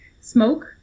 smoke